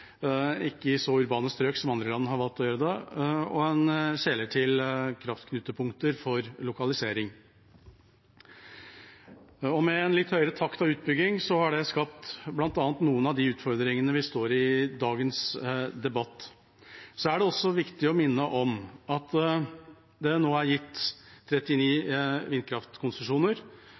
ikke i så urbane strøk som andre land har valgt å gjøre det i – og en skjeler til kraftknutepunkter for lokalisering. Med en litt høyere takt og utbygging har det bl.a. skapt noen av de utfordringene vi står i i dagens debatt. Det er også viktig å minne om at det nå er gitt 39 vindkraftkonsesjoner